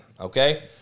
okay